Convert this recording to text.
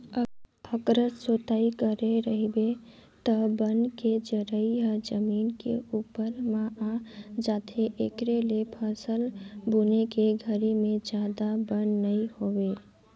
अकरस जोतई करे रहिबे त बन के जरई ह जमीन के उप्पर म आ जाथे, एखरे ले फसल बुने के घरी में जादा बन नइ होय